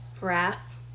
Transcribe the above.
Wrath